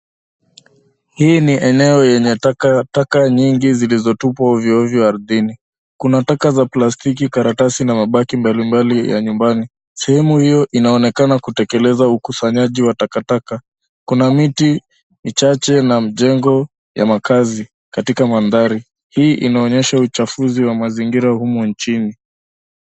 Hii ni eneo yenye takataka nyingi zilizotupwa ovyo ovyo ardhini, kuna takaa za plastiki, karatasi na mabaki mbali mbali ya nyumbani. Sehemu hiyo inaonekana kutekeleza ukusanyaji wa takataka, kuna miti michache na mjengo ya makaazi katika maanthari. Hii inaonyesha uchafuzi wa mazingira humu nchini.